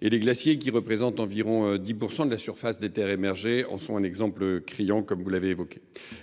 Les glaciers, qui représentent environ 10 % de la surface des terres émergées, en sont un exemple criant.